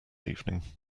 evening